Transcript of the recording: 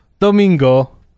Domingo